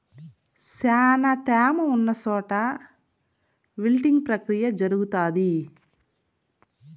శ్యానా త్యామ ఉన్న చోట విల్టింగ్ ప్రక్రియ జరుగుతాది